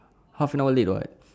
half an hour late what